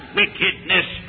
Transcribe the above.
wickedness